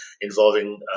involving